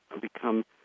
become